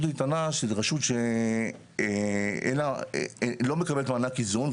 זו רשות שלא מקבלת מענק איזון,